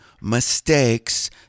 mistakes